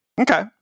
Okay